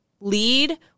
lead